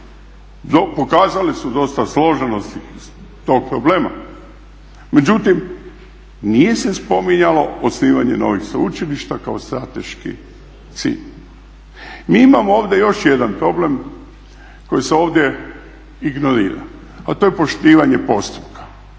pokazale su dosta složenosti iz tog problema, međutim nije se spominjalo osnivanje novih sveučilišta kao strateški cilj. Mi imamo ovdje još jedna problem koji se ovdje ignorira, a to je poštivanje postupka.